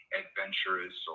adventurous